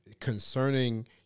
Concerning